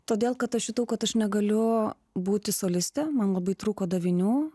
todėl kad aš jutau kad aš negaliu būti soliste man labai trūko davinių